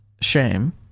shame